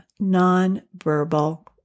nonverbal